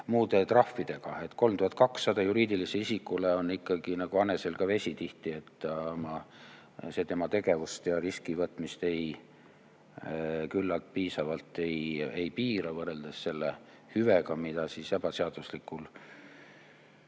muude trahvidega. 3200 juriidilisele isikule on nagu hane selga vesi tihti. See tema tegevust ja riski võtmist küllalt piisavalt ei piira, võrreldes selle hüvega, mida ebaseadusliku